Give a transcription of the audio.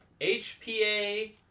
HPA